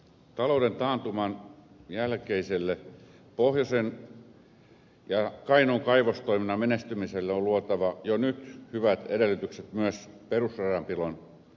talouden taantuman jälkeiselle pohjoisen ja kainuun kaivostoiminnan menestymiselle on luotava jo nyt hyvät edellytykset myös perusradanpidon suhteen